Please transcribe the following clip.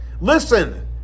listen